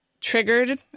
triggered